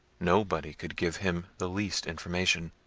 nobody could give him the least information.